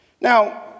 Now